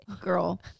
Girl